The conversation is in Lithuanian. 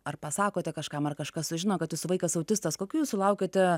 ar pasakote kažkam ar kažkas sužino kad jūsų vaikas autistas kokių sulaukiate